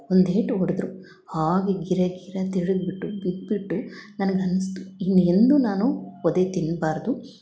ಒಂದೇಟು ಹೊಡೆದ್ರು ಆಗ ಗಿರ ಗಿರ ತಿರಗಿಬಿಟ್ಟು ಬಿದ್ದುಬಿಟ್ಟು ನನಗೆ ಅನ್ನಿಸ್ತು ಇನ್ನೆಂದು ನಾನು ಒದೆ ತಿನ್ನಬಾರ್ದು